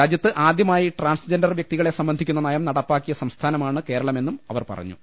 രാജ്യത്ത് ആദ്യ മായി ട്രാൻസ് ജെൻഡർ വൃക്തികളെ സംബ്രസിക്കുന്ന നയം നട പ്പാക്കിയ സംസ്ഥാനമാണ് കേരളമെന്നും അവർ പറഞ്ഞു